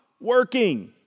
working